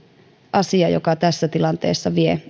asia joka tässä tilanteessa vie